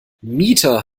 mieter